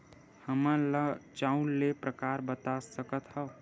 हमन ला चांउर के प्रकार बता सकत हव?